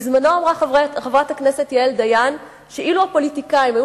בזמנו אמרה חברת הכנסת יעל דיין שאילו הפוליטיקאים היו